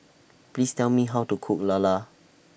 Please Tell Me How to Cook Lala